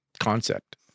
concept